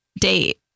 date